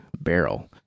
barrel